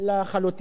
לכן,